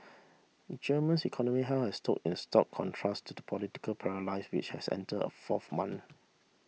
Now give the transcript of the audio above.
Germany's economy health has stood in stark contrast to the political paralysis which has enter a fourth month